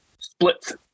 splits